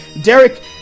Derek